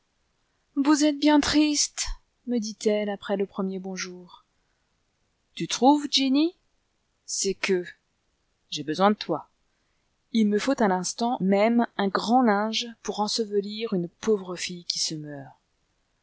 vous êtes bien triste me dit-elle après le premier bonjour tu trouves jenny c'est que j'ai besoin de toi il me faut à l'instant même un grand linge pour ensevelir une pauvre fille qui se meurt